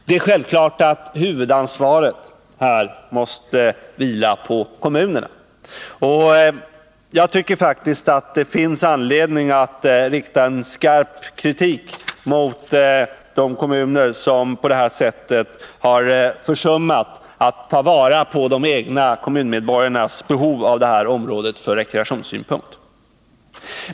Det är självklart att huvudansvaret måste vila på kommunerna, och jag tycker faktiskt att det finns anledning att rikta en skarp kritik mot de kommuner som på det här sättet har försummat att ta vara på de egna kommunmedborgarnas behov av området från rekreationssynpunkt.